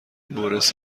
برس